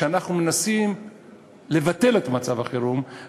זה שאנחנו מנסים לבטל את מצב החירום,